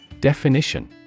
Definition